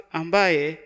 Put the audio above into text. ambaye